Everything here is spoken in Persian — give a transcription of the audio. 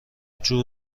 جور